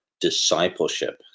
discipleship